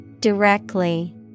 Directly